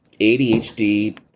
ADHD